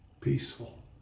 Peaceful